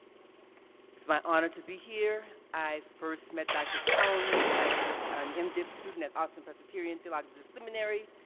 it's my honor to be here. i first met dr. cone as an mdiv student at austin presbyterian theological seminary,